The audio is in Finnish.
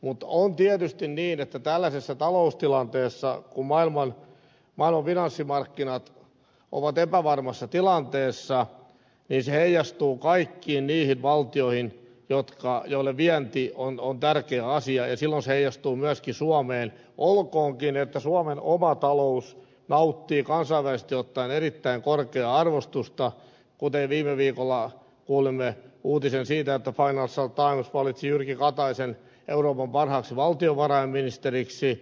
mutta on tietysti niin että tällaisessa taloustilanteessa kun maailman finanssimarkkinat ovat epävarmassa tilanteessa tämä heijastuu kaikkiin niihin valtioihin joille vienti on tärkeä asia ja silloin se heijastuu myöskin suomeen olkoonkin että suomen oma talous nauttii kansainvälisesti ottaen erittäin korkeaa arvostusta kuten viime viikolla kuulimme uutisen siitä että financial times valitsi jyrki kataisen euroopan parhaaksi valtiovarainministeriksi